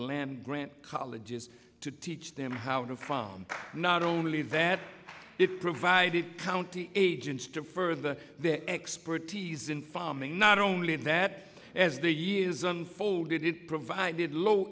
land grant colleges to teach them how to farm not only that it provided county agents to further their expertise in farming not only that as the years unfolded it provided low